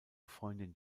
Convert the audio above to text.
freundin